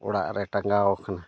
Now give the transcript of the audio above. ᱚᱲᱟᱜᱨᱮ ᱴᱟᱸᱜᱟᱣ ᱟᱠᱟᱱᱟ